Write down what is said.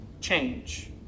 change